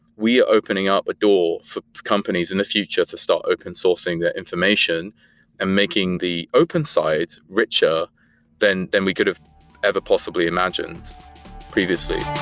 we are opening up a door for companies in the future to start open sourcing their information and making the open side richer than than we could have every possibly imagined previously.